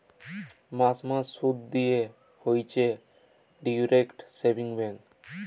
মাস মাস শুধ দেয় হইছে ডিইরেক্ট সেভিংস ব্যাঙ্ক